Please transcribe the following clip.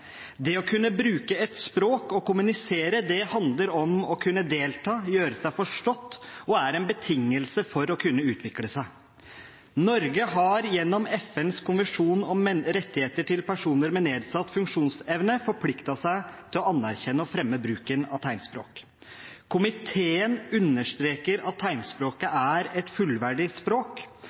Det å kunne bruke et språk og kommunisere handler om å kunne delta, gjøre seg forstått, og det er en betingelse for å kunne utvikle seg. Norge har gjennom FNs konvensjon om rettighetene til personer med nedsatt funksjonsevne forpliktet seg til å anerkjenne og fremme bruken av tegnspråk. Komiteen understreker at tegnspråket er et fullverdig språk,